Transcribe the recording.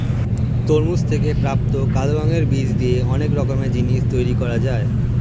তরমুজ থেকে প্রাপ্ত কালো রঙের বীজ দিয়ে অনেক রকমের জিনিস তৈরি করা যায়